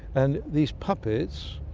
and these puppets,